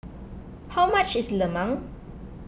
how much is Lemang